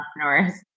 entrepreneurs